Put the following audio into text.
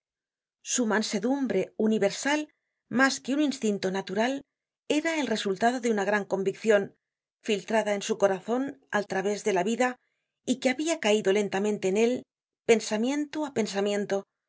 su mansedumbre universal mas que un instinto natural era el resultado de una gran conviccion filtrada en su corazon al través de la vida y que habia caido lentamente en él pensamiento á pensamiento